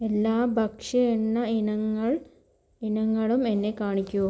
എല്ലാ ഭക്ഷ്യ എണ്ണ ഇനങ്ങൾ ഇനങ്ങളും എന്നെ കാണിക്കൂ